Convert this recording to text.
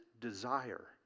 desire